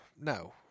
no